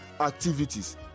activities